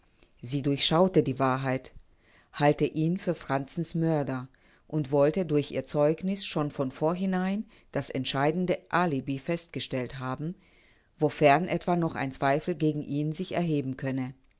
sie durchschaue die wahrheit halte ihn für franzens mörder und wolle durch ihr zeugniß schon von vornhinein das entscheidende alibi festgestellt haben wofern etwa noch ein zweifel gegen ihn sich erheben könne